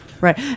Right